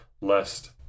lest